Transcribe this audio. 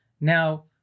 Now